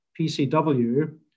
PCW